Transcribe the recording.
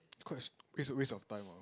quite it's a waste of time ah